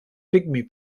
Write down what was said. pygmy